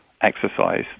exercise